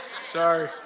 Sorry